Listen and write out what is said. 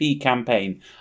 campaign